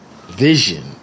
vision